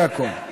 זה הכול.